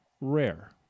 rare